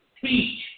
teach